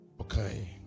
okay